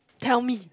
tell me